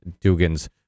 Dugan's